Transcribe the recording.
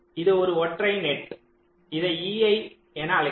இது ஒரு ஒற்றை நெட் இதை ei என அழைக்கவும்